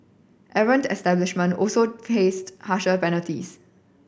errant establishment also faced harsher penalties